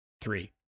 three